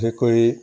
বিশেষকৈ